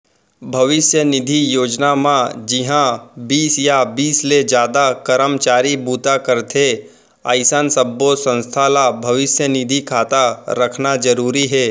भविस्य निधि योजना म जिंहा बीस या बीस ले जादा करमचारी बूता करथे अइसन सब्बो संस्था ल भविस्य निधि खाता रखना जरूरी हे